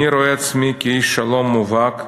אני רואה עצמי כאיש שלום מובהק,